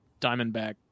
diamondback